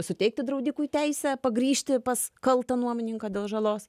suteikti draudikui teisę pagrįžti pas kaltą nuomininką dėl žalos